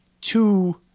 two